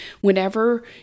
whenever